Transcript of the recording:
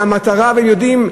והם יודעים,